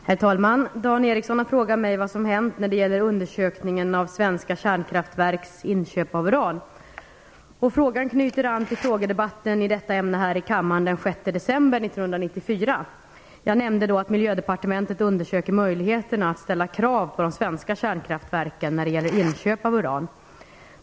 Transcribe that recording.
Herr talman! Dan Ericsson har frågat mig vad som hänt när det gäller undersökningen av svenska kärnkraftverks inköp av uran. Frågan knyter an till frågedebatten i detta ämne här i kammaren den 6 december 1994. Jag nämnde då att Miljödepartementet undersökte möjligheterna att ställa krav på de svenska kärnkraftverken när det gäller inköp av uran.